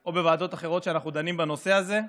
או בוועדות אחרות שאנחנו דנים בהן בנושא הזה,